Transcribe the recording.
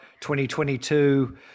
2022